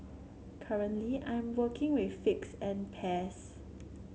currently I'm working with figs and pears